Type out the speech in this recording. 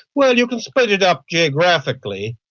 well, you can split it up geographically,